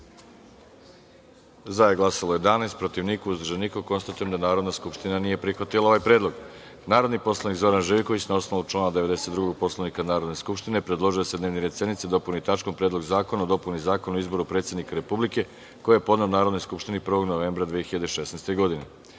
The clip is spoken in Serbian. glasanje: za – 11, protiv – niko, uzdržan – niko. Konstatuje da Narodna skupština nije prihvatila ovaj predlog. Narodni poslanik Zoran Živković, na osnovu člana 92. Poslovnika Narodne skupštine predložio je da se dnevni red sednice dopuni tačkom Predlog zakona o dopuni Zakona o izboru predsednika Republike, koji je podneo Narodnoj skupštini 1. novembra 2016. godine. Reč